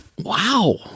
Wow